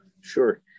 Sure